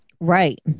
Right